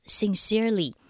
sincerely